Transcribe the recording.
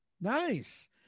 Nice